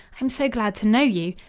i am so glad to know you.